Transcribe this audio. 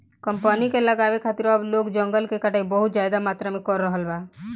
company के लगावे खातिर अब लोग जंगल के कटाई बहुत ज्यादा मात्रा में कर रहल बा